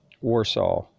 Warsaw